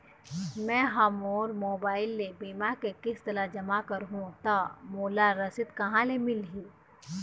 मैं हा मोर मोबाइल ले बीमा के किस्त ला जमा कर हु ता मोला रसीद कहां ले मिल ही?